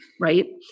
right